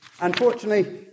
Unfortunately